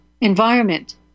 environment